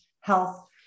health